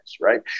right